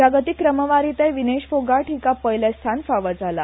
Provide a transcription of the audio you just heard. जागतीक क्रमवारींतय विनेश फोगाट हीका पयले स्थान फाव जाला